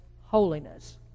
holiness